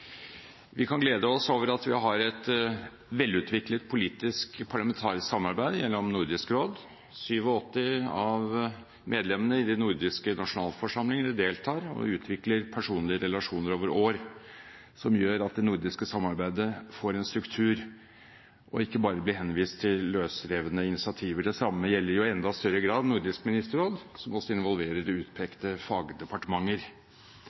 Vi kan glede oss over at vi har et velutviklet politisk parlamentarisk samarbeid gjennom Nordisk råd. 87 av medlemmene i de nordiske nasjonalforsamlingene deltar og utvikler personlige relasjoner over år som gjør at det nordiske samarbeidet får en struktur, og ikke bare blir henvist til løsrevne initiativer. Det samme gjelder i enda større grad Nordisk ministerråd, som også involverer